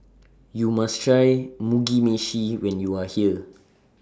YOU must Try Mugi Meshi when YOU Are here